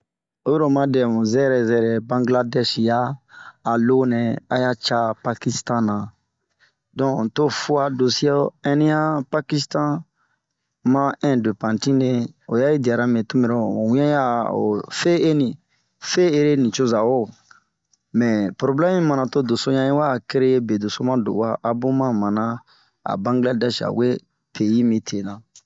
Oyi lo oma dɛmu zɛrɛ zɛrɛ Bangladɛsi ya a lo nɛ aya ca pakistan na, donke to fuoa dɛso anian pakistan ma ɛnde pantine ,Oyayi di'ora mɛ ,mu were ya'a fe'eni, fe'ere nicoza wo, mɛɛ porobilɛm yi mana to deso ɲa yi wa kereye bedeso ma do'oa abun ma mana bangladɛsi a we peyi mitena.